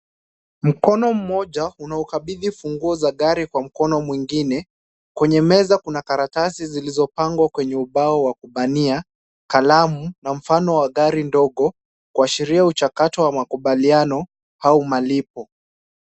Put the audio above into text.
Mkono mmoja unaukabidhi funguo za gari kwa mkono mwingine. Kwenye meza kuna karatasi zilizopangwa kwenye ubao wa kubania, kalamu na mfano wa gari ndogo kuashiria uchakato wa makubaliano au malipo.